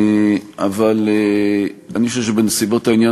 אבל אני חושב שבנסיבות העניין,